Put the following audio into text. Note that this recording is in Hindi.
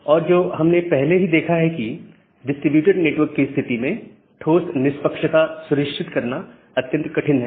और जो हमने पहले देखा है कि डिसटीब्युटेड नेटवर्क की स्थिति में ठोस निष्पक्षता सुनिश्चित करना अत्यंत कठिन है